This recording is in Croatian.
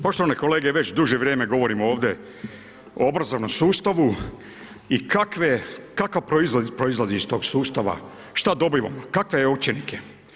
Poštovani kolege, već duže vrijeme govorim ovdje o obrazovnom sustavu i kako proizlazi iz tog sustava, šta dobivamo, kakve učenike.